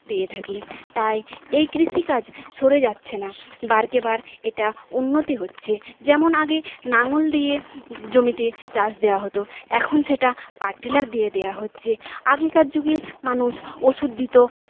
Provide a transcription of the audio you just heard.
পেয়ে থাকি তাই এই কৃষিকাজ সরে যাচ্ছেনা বারবার এটা উন্নতি হচ্ছে যেমন আগে নাঙ্গল দিয়ে জমিতে চাষ দেওয়া হত এখন সেটা পারটিলার দিয়ে দেওয়া হচ্ছে আগেকার যুগে মানুষ ওষুধ দিত